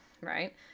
right